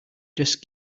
just